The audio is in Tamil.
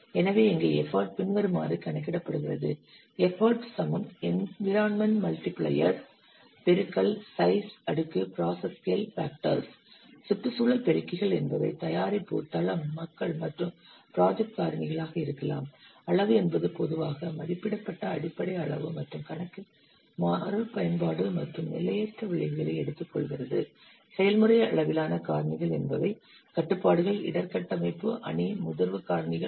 எனவே இங்கே எஃபர்ட் பின்வருமாறு கணக்கிடப்படுகிறது சுற்றுச்சூழல் பெருக்கிகள் என்பவை தயாரிப்பு தளம் மக்கள் மற்றும் ப்ராஜெக்ட் காரணிகளாக இருக்கலாம் அளவு என்பது பொதுவாக மதிப்பிடப்பட்ட அடிப்படை அளவு மற்றும் கணக்கில் மறுபயன்பாடு மற்றும் நிலையற்ற விளைவுகளை எடுத்துக்கொள்கிறது செயல்முறை அளவிலான காரணிகள் என்பவை கட்டுப்பாடுகள் இடர் கட்டமைப்பு அணி முதிர்வு காரணிகள் ஆகும்